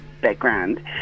background